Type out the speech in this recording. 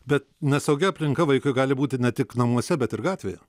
bet nesaugi aplinka vaikui gali būti ne tik namuose bet ir gatvėje